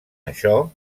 això